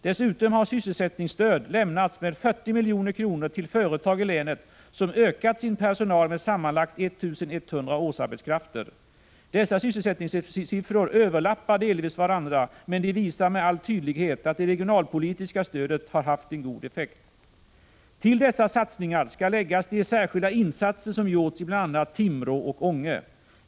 Dessutom har sysselsättningsstöd lämnats med 40 milj.kr. till företag i länet som ökat sin personal med sammanlagt 1 100 årsarbetskrafter. Dessa sysselsättningssiffror överlappar delvis varandra, men de visar med all tydlighet att det regionalpolitiska stödet haft en god effekt. Till dessa satsningar skall läggas de särskilda insatser som gjorts i bl.a. Timrå och Ånge.